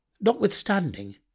Notwithstanding